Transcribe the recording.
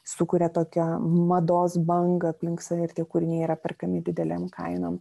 sukuria tokią mados bangą aplink save ir tie kūriniai yra perkami didelėm kainom